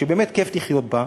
שבאמת כיף לחיות בה,